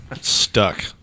Stuck